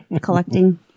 Collecting